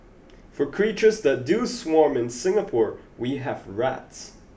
for creatures that do swarm in Singapore we have rats